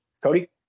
Cody